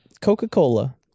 Coca-Cola